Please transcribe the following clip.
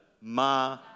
Ma